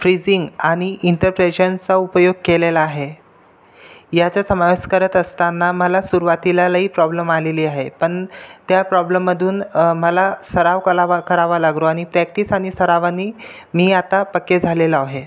freezing आणि इंटरप्रेशन्सचा उपयोग केलेला आहे याचंच समायस करत असताना मला सुरवातीला लई प्रॉब्लम आलेली आहे पण त्या प्रॉब्लममधून मला सराव कलावा करावा लागरो आणि प्रॅक्टिस आणि सरावानी मी आत्ता पक्के झालेलो आहे